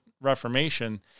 reformation